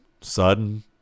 sudden